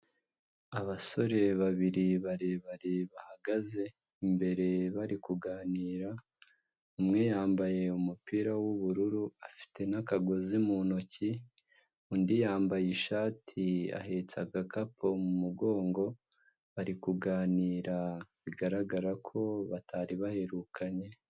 Abasore babiri barebare bahagaze imbere bari kuganira, umwe yambaye umupira w'ubururu afite n'akagozi mu ntoki, undi yambaye ishati ahetse agakapu mu mugongo, bari kuganira bigaragara ko batari baherukanye.